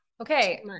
okay